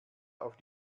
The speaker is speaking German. auf